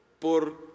por